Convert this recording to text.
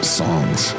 songs